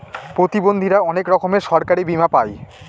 প্রতিবন্ধীরা অনেক রকমের সরকারি বীমা পাই